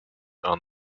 aan